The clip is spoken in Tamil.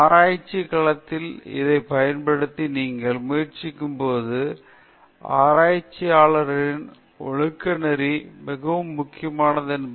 ஆராய்ச்சி களத்தில் இதைப் பயன்படுத்த நீங்கள் முயற்சிக்கும்போது ஆராய்ச்சியாளரின் ஒழுக்கநெறி மிகவும் முக்கியமானது என்பதை நாம் காணலாம்